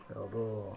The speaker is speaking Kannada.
ಯಾವುದು